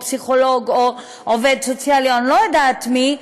או פסיכולוג או עובד סוציאלי או אני לא יודעת מי,